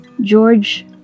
George